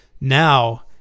now